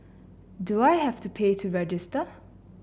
do I have to pay to register